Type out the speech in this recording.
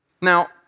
Now